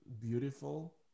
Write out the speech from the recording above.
beautiful